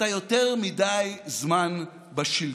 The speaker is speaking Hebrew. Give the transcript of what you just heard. אתה יותר מדי זמן בשלטון.